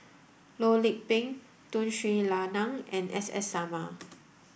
Loh Lik Peng Tun Sri Lanang and S S Sarma